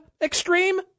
extreme